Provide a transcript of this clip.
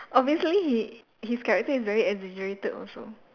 obviously he his character is very exaggerated also